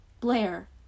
Blair